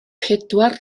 pedwar